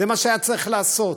זה מה שהיה צריך לעשות.